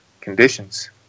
conditions